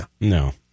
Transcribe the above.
No